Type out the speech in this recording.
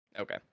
okay